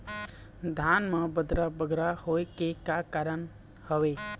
धान म बदरा बगरा होय के का कारण का हवए?